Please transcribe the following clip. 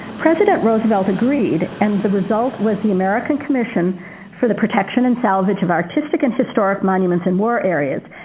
president roosevelt agreed and the result was the american commission for the protection and salvage of artistic and historic monuments in war areas,